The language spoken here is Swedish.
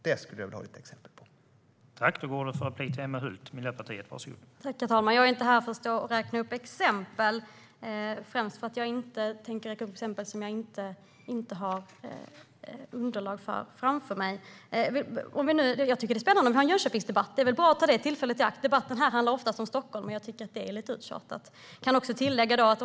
Det skulle jag vilja ha exempel på.